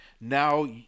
now